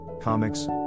comics